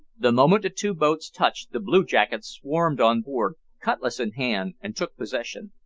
the moment the two boats touched, the blue-jackets swarmed on board, cutlass in hand, and took possession.